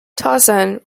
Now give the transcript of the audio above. tarzan